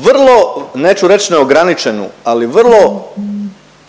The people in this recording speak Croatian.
vrlo, neću reć neograničenu, ali vrlo